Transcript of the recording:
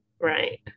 Right